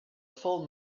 full